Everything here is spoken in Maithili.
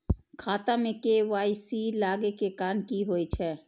खाता मे के.वाई.सी लागै के कारण की होय छै?